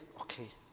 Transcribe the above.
Okay